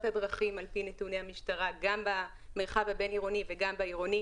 הדרכים על פי נתוני המשטרה גם במרחב הבין-עירוני וגם בעירוני.